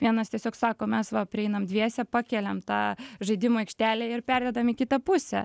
vienas tiesiog sako mes va prieinam dviese pakeliam tą žaidimų aikštelę ir pervedam į kitą pusę